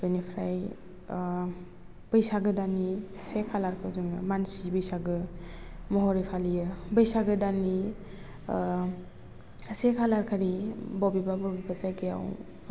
बेनिफ्राइ बैसागो दाननि से खालारखौ जोङो मानसि बैसागो महरै फालियो बैसागु दाननि से खालार खालि बबेबा बबेबा जायगायाव